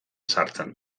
sartzen